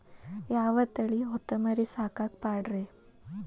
ಯಾವ ತಳಿ ಹೊತಮರಿ ಸಾಕಾಕ ಪಾಡ್ರೇ?